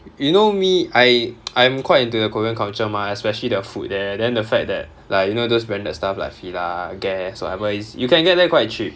you know me I I'm quite into the korean culture mah especially the food there then the fact that like you know those branded stuff like FILA Guess whatever is you can get them quite cheap